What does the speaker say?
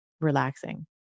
relaxing